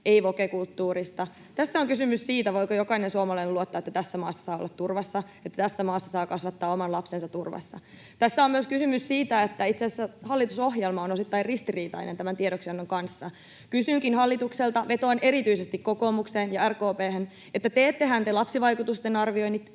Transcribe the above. ei woke-kulttuurista. Tässä on kysymys siitä, voiko jokainen suomalainen luottaa, että tässä maassa saa olla turvassa, että tässä maassa saa kasvattaa oman lapsensa turvassa. Tässä on myös kysymys siitä, että itse asiassa hallitusohjelma on osittain ristiriitainen tämän tiedoksiannon kanssa. Kysynkin hallitukselta, vetoan erityisesti kokoomukseen ja RKP:hen: Teettehän te lapsivaikutusten arvioinnit?